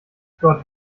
gott